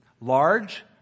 large